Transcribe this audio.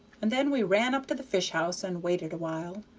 and then we ran up to the fish-house and waited awhile,